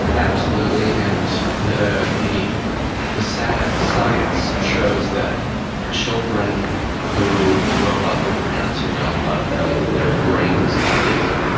absolutely. and the the the sad science shows that children who grow up with parents who don't love them, their brains are different.